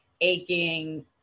aching